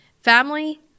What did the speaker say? family